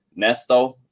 nesto